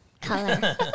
color